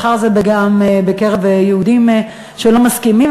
מחר זה גם בקרב יהודים שלא מסכימים,